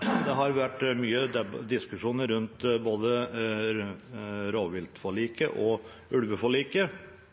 Det har vært mange diskusjoner om både rovviltforliket og ulveforliket.